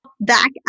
back